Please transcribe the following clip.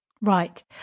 Right